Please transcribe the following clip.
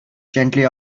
gently